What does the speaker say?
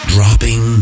Dropping